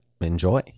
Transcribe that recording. enjoy